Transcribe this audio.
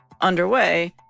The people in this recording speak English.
underway